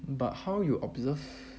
but how you observe